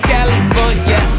California